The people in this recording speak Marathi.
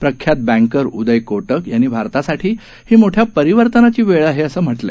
प्रख्यात बँकर उदय को क यानी भारतासाठी ही मोठ्या परिवर्तनाची वेळ आहे असं म्ह लं